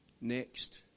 Next